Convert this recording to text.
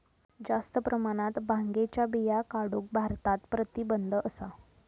जास्त प्रमाणात भांगेच्या बिया काढूक भारतात प्रतिबंध असा